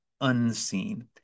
unseen